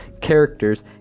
characters